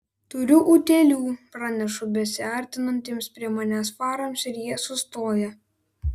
turiu utėlių pranešu besiartinantiems prie manęs farams ir jie sustoja